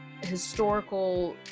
historical